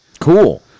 Cool